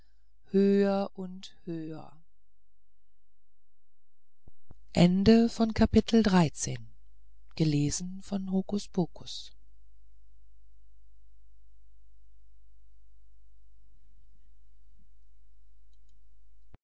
höher und höher